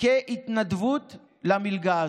כהתנדבות למלגה הזאת.